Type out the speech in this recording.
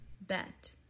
Bet